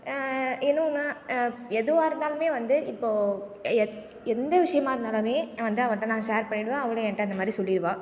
இன்னொன்று எதுவாக இருந்தாலும் வந்து இப்போது எந்த விஷயமா இருந்தாலும் நான் வந்து அவகிட்ட நான் ஷேர் பண்ணிடுவேன் அவளும் என்கிட்ட அந்த மாதிரி சொல்லிடுவா